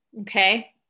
Okay